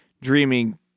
dreaming